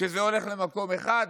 שזה הולך למקום אחד,